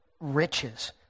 riches